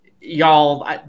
Y'all